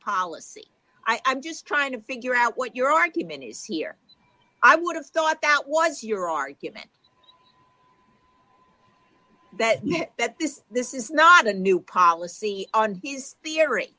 policy i'm just trying to figure out what your argument is here i would have thought that was your argument that you know that this this is not a new policy on his theory